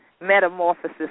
metamorphosis